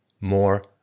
More